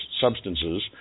substances